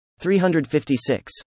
356